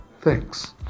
thanks